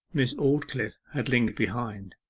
miss aldclyffe had lingered behind.